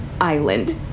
island